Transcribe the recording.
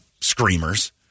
screamers